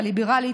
הליברלית,